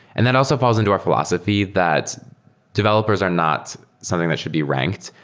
and that also falls into our philosophy, that developers are not something that should be ranked.